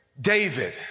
David